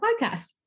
podcast